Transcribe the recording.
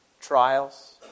Trials